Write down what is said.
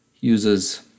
uses